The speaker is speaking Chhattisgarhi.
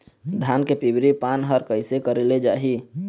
धान के पिवरी पान हर कइसे करेले जाही?